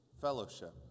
fellowship